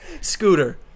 Scooter